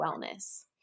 wellness